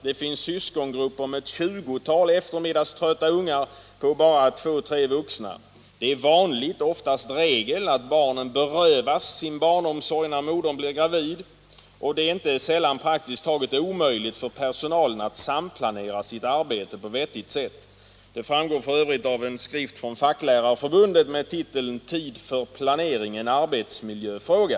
Det finns syskongrupper på ett 20-tal ettermiddagströtta ungar på bara två eller tre vuxna. Det är vanligt — oftast regel — att familjerna berövas sin barnomsorg när modern blir gravid. Det är inte sällan praktiskt taget omöjligt för personalen att samplanera sitt arbete på ett vettigt sätt. Detta framgår f. ö. av en skrift från Facklärarförbundet med titeln Tid för planering — en arbetsmiljöfråga.